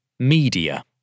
Media